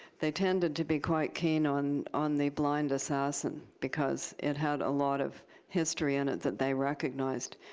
they tended to be quite keen on on the blind assassin because it had a lot of history in it that they recognized.